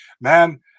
man